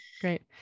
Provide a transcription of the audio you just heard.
Great